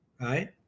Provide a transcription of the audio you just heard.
right